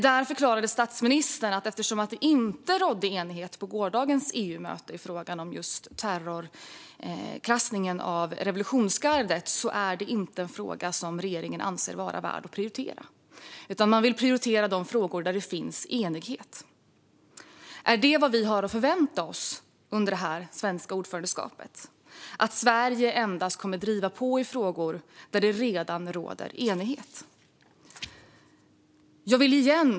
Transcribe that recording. Där förklarar statsministern att eftersom det inte rådde enighet på gårdagens EU-möte i fråga om terrorklassningen av revolutionsgardet anser regeringen inte frågan vara värd att prioritera. I stället vill man prioritera de frågor där det finns enighet. Är det detta vi har att förvänta oss under det svenska ordförandeskapet, att Sverige endast kommer att driva på i frågor där det redan råder enighet?